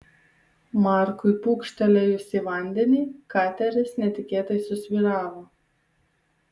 markui pūkštelėjus į vandenį kateris netikėtai susvyravo